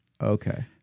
Okay